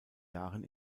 jahren